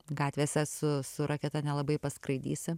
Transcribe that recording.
gatvėse su su raketa nelabai paskraidysi